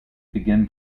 begin